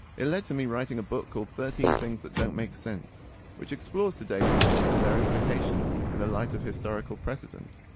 it to me writing a book called thirteen things that don't make sense which explores today's anomalies and their implications in the light of historical precedent.